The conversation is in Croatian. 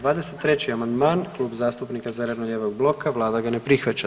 23. amandman Kluba zastupnika zeleno-lijevog bloka, Vlada ga ne prihvaća.